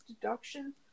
deduction